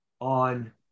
on